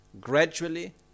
Gradually